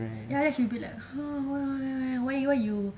ya ya she be like !huh! why~ why you